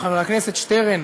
שמע, חבר הכנסת שטרן,